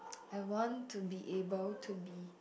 I want to be able to be